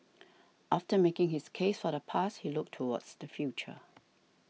after making his case for the past he looked towards the future